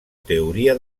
teoria